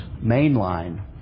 mainline